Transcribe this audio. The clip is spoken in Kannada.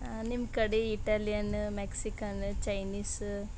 ನಿಮ್ಮ ಕಡೆ ಇಟಾಲಿಯನ್ ಮೆಕ್ಸಿಕನ್ ಚೈನೀಸ್